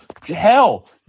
Hell